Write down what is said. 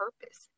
purpose